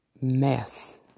mess